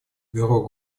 бюро